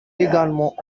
également